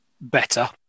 better